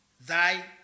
thy